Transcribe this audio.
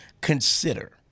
consider